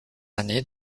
années